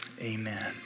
amen